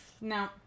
No